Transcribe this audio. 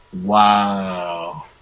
Wow